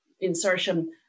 insertion